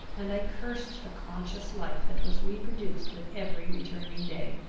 and i cursed the conscious life that was reproduced with every returning day.